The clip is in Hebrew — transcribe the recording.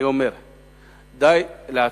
הר-נוף,